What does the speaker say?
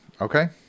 okay